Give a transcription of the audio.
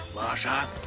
masha!